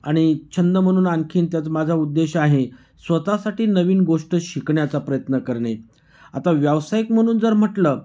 आणि छंद म्हणून आणखीन त्याच माझा उद्देश आहे स्वतःसाठी नवीन गोष्ट शिकण्याचा प्रयत्न करणे आता व्यावसायिक म्हणून जर म्हटलं